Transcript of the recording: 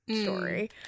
story